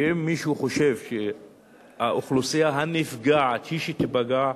ואם מישהו חושב שהאוכלוסייה הנפגעת היא שתיפגע,